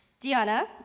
Diana